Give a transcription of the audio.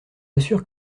assure